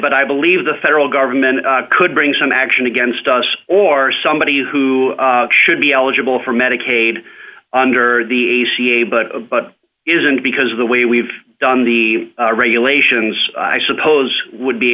but i believe the federal government could bring some action against us or somebody who should be eligible for medicaid under the ac a but a but isn't because of the way we've done the regulations i suppose would be